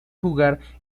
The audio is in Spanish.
jugar